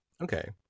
okay